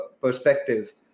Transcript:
perspective